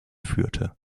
führte